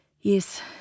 Yes